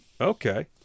Okay